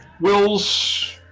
Will's